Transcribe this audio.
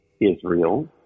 Israel